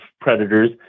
predators